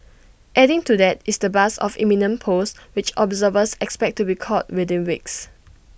adding to that is the buzz of imminent polls which observers expect to be called within weeks